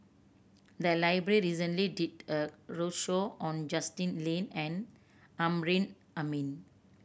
the library recently did a roadshow on Justin Lean and Amrin Amin